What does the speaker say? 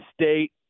state